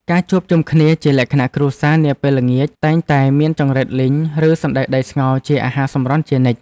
ការជួបជុំគ្នាជាលក្ខណៈគ្រួសារនាពេលល្ងាចតែងតែមានចង្រិតលីងឬសណ្តែកដីស្ងោរជាអាហារសម្រន់ជានិច្ច។